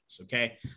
Okay